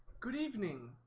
good evening